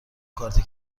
کارت